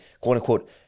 quote-unquote